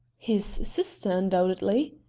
his sister, undoubtedly.